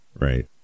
right